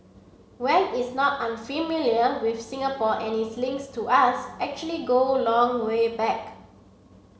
Wang is not unfamiliar with Singapore and his links to us actually go long way back